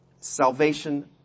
Salvation